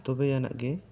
ᱛᱚᱵᱮ ᱟᱱᱟᱜ ᱜᱮ